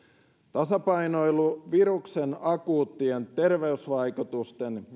tasapainoilu viruksen akuuttien terveysvaikutusten